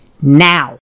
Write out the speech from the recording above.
now